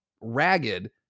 ragged